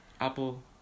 Apple